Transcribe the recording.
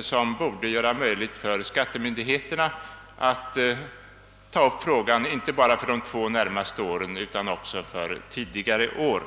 som borde göra det möjligt för skattemyndigheterna att ta upp frågan inte bara för de två närmaste åren utan också för tidigare år?